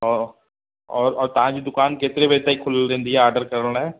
ओ और और तव्हांजी दुकानु केतिरे बजे ताईं खुलियलु रहंदी आहे आर्डर करण लाइ